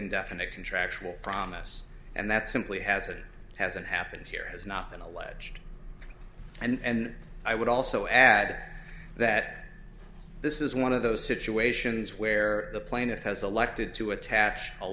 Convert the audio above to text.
and definite contractual promise and that simply hasn't hasn't happened here has not been alleged and i would also add that this is one of those situations where the plaintiff has elected to attach a